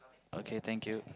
okay thank you